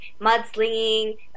mudslinging